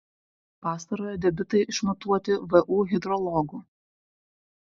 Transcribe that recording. pastarojo debitai išmatuoti vu hidrologų